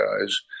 guys